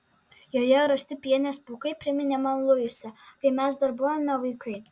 joje rasti pienės pūkai priminė man luisą kai mes dar buvome vaikai